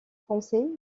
français